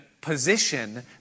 position